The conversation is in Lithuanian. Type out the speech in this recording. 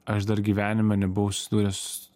aš dar gyvenime nebuvau susidūręs